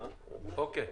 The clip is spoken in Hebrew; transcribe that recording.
אוקיי.